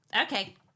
Okay